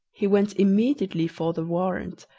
he went immediately for the warrant,